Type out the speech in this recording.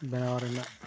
ᱵᱮᱱᱟᱣ ᱨᱮᱱᱟᱜ